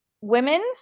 women